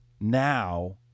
now